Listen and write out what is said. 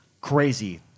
crazy